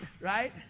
right